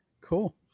cool